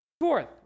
Fourth